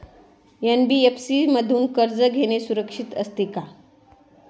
NBFC मधून कर्ज घेणे सुरक्षित असते का?